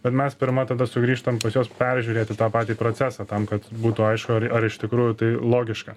bet mes pirma tada sugrįžtam pas juos peržiūrėti tą patį procesą tam kad būtų aišku ar iš tikrųjų tai logiška